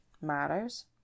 matters